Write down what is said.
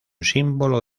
símbolo